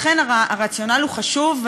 לכן הרציונל הוא חשוב,